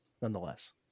nonetheless